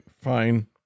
fine